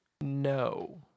no